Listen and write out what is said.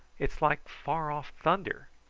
it is like far-off thunder.